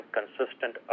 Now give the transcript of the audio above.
consistent